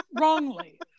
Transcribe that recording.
wrongly